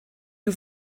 you